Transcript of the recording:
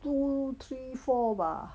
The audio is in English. two three four bah